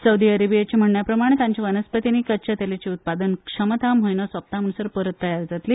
सावदी अरेबियाच्या म्हणण्या प्रमाण तांच्या वनस्पतींनी कच्चया तेलाची उत्पादनाची तांक म्हयनो सोंपता म्हणसर परतून तयार जातली